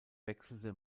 wechselte